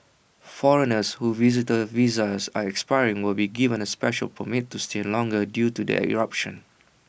foreigners whose visitor visas are expiring will be given A special permit to stay longer due to the eruption